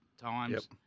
times